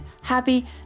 happy